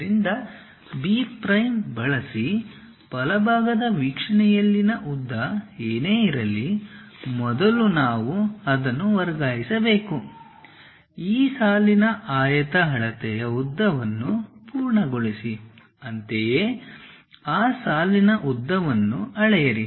ಆದ್ದರಿಂದ B prime ಬಳಸಿ ಬಲಭಾಗದ ವೀಕ್ಷಣೆಯಲ್ಲಿನ ಉದ್ದ ಏನೇ ಇರಲಿ ಮೊದಲು ನಾವು ಅದನ್ನು ವರ್ಗಾಯಿಸಬೇಕು ಈ ಸಾಲಿನ ಆಯತ ಅಳತೆಯ ಉದ್ದವನ್ನು ಪೂರ್ಣಗೊಳಿಸಿ ಅಂತೆಯೇ ಆ ಸಾಲಿನ ಉದ್ದವನ್ನು ಅಳೆಯಿರಿ